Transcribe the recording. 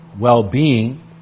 well-being